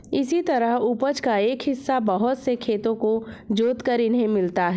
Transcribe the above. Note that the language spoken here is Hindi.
इसी तरह उपज का एक हिस्सा बहुत से खेतों को जोतकर इन्हें मिलता है